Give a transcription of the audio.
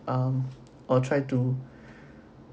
um or try to